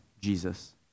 Jesus